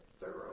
thorough